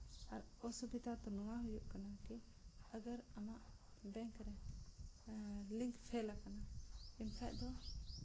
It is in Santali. ᱟᱨ ᱚᱥᱩᱵᱤᱫᱷᱟ ᱫᱚ ᱱᱚᱣᱟ ᱦᱩᱭᱩᱜ ᱠᱟᱱᱟ ᱠᱤ ᱟᱜᱟᱨ ᱟᱢᱟᱜ ᱵᱮᱝᱠ ᱨᱮ ᱞᱤᱝᱠ ᱯᱷᱮᱞ ᱟᱠᱟᱱᱟ ᱮᱱᱠᱷᱟᱱ ᱫᱚ